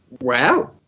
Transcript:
Wow